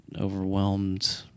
overwhelmed